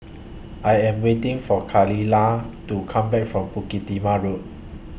I Am waiting For Khalilah to Come Back from Bukit Timah Road